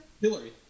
Hillary